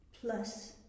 plus